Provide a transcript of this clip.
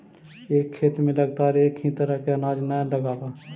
एक खेत में लगातार एक ही तरह के अनाज न लगावऽ